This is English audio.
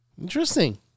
Interesting